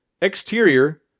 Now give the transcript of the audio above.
Exterior